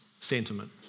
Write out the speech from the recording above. sentiment